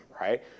right